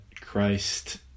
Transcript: Christ